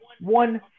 One